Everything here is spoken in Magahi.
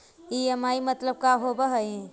ई.एम.आई मतलब का होब हइ?